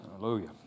Hallelujah